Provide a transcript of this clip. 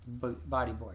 bodyboard